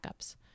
Backups